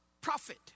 prophet